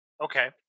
Okay